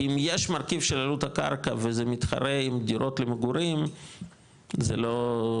כי אם יש מרכיב של עלות הקרקע וזה מתחרה עם דירות למגורים זה לא.